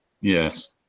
Yes